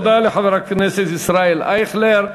תודה לחבר הכנסת ישראל אייכלר.